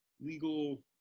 legal